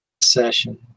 session